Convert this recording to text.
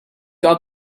got